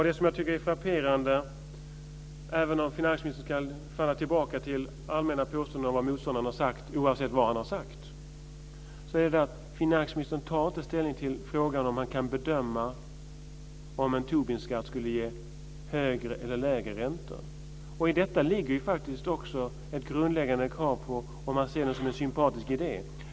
Det jag tycker är frapperande, även om finansministern kan falla tillbaka till allmänna påstående om vad motståndaren har sagt oavsett vad han faktiskt har sagt, är att finansministern inte tar ställning till frågan om man kan bedöma huruvida en Tobinskatt skulle ge högre eller lägre räntor. I detta ligger faktiskt också ett grundläggande krav om man ser det här som en sympatisk idé.